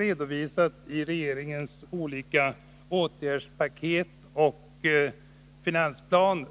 redovisas i regeringens olika åtgärdspaket och i finansplanen.